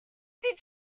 did